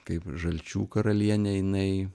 kaip žalčių karalienė jinai